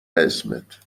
اسمت